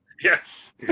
Yes